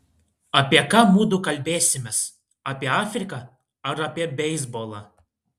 apie ką mudu kalbėsimės apie afriką ar apie beisbolą